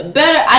better